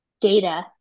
data